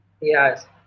Yes